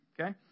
Okay